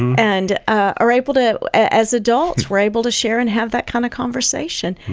and ah are able to, as adults, are able to share and have that kind of conversation,